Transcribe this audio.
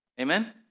Amen